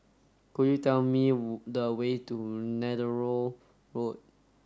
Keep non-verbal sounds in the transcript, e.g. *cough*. could you tell me *unintelligible* the way to Neythal Road